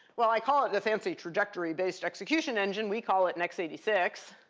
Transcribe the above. well, i call it the fancy trajectory-based execution engine. we call it an x eight six.